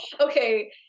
Okay